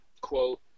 quote